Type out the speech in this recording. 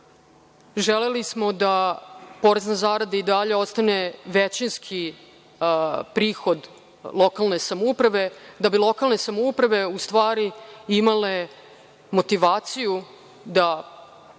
nivoa. Želeli smo da porez na zarade i dalje ostane većinski prihod lokalne samouprave da bi lokalne samouprave u stvari imale motivaciju da